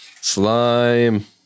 Slime